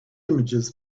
images